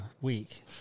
week